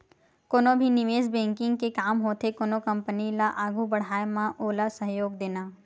कोनो भी निवेस बेंकिग के काम होथे कोनो कंपनी ल आघू बड़हाय म ओला सहयोग देना